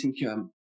income